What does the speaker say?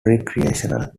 recreational